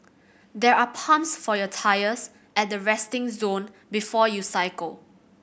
there are pumps for your tyres at the resting zone before you cycle